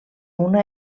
una